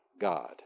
God